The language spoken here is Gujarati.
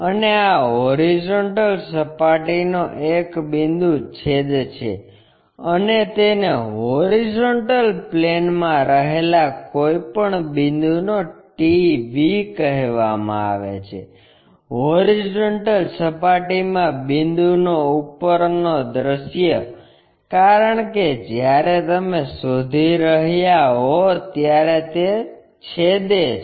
અને આ હોરિઝોન્ટલ સપાટીનો એક બિંદુ છે અને તેને hp માં રહેલા કોઈ પણ બિંદુનો TV કહેવામાં આવે છે હોરિઝોન્ટલ સપાટીમાં બિંદુનો ઉપરનું દૃશ્ય કારણ કે જ્યારે તમે શોધી રહ્યાં હો ત્યારે તે છેદે છે